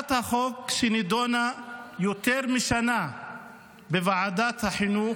הצעת החוק נידונה יותר משנה בוועדת החינוך,